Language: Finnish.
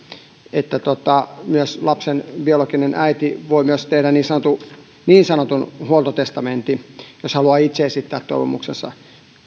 että lapsen biologinen äiti voi myös tehdä niin sanotun niin sanotun huoltotestamentin jos haluaa itse esittää toivomuksensa